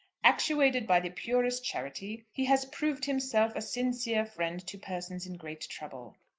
actuated by the purest charity he has proved himself a sincere friend to persons in great trouble.